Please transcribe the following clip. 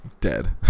dead